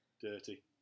Dirty